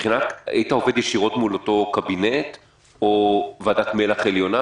היית עובד ישירות מול אותו קבינט או ועדת מל"ח עליונה?